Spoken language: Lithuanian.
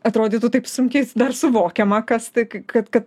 atrodytų taip sunkiais dar suvokiama kas tai kad kad